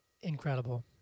Incredible